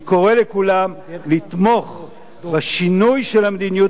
אני קורא לכולם לתמוך בשינוי של המדיניות